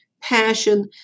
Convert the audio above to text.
passion